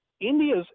India's